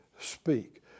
speak